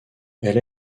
elle